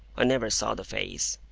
i never saw the face.